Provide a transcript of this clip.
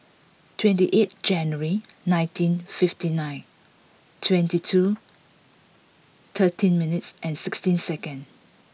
twenty eight January nineteen fifty nine twenty two thirteen minutes and sixteen second